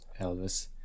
Elvis